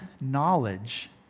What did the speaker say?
knowledge